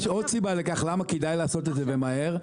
יש עוד סיבה לכך למה כדאי לעשות את זה ומהר.